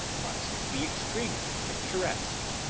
must be extremely picturesque.